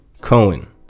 cohen